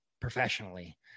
professionally